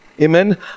Amen